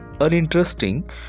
uninteresting